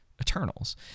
Eternals